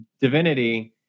divinity